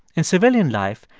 in civilian life,